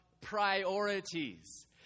priorities